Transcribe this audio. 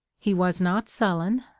he was not sullen,